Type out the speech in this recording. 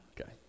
Okay